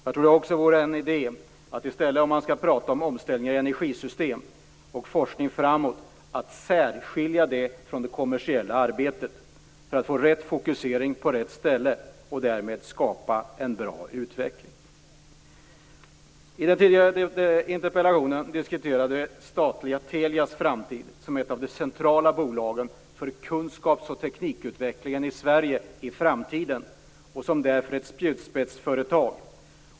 Jag tror också att det vore en idé att man, om man skall tala om omställning i energisystem och forskning framåt, särskiljer det från det kommersiella arbetet för att få rätt fokusering på rätt ställe och därmed skapa en bra utveckling. I den tidigare interpellationsdebatten diskuterade vi statliga Telias framtid. Telia är ett av de centrala bolagen för kunskaps och teknikutvecklingen i Sverige i framtiden och ett spjutspetsföretag.